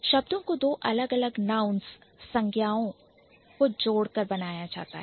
शब्दों को दो अलग अलग Nouns संज्ञाओ को जोड़कर बनाया जा सकता है